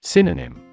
Synonym